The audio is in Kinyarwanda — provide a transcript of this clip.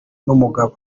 n’umugabo